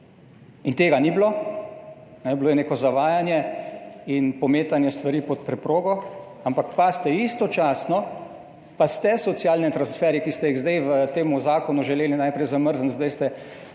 Tega ni bilo, bilo je neko zavajanje in pometanje stvari pod preprogo. Ampak pazite, istočasno pa ste socialne transferje, ki ste jih v tem zakonu želeli najprej zamrzniti, zdaj ste